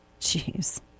Jeez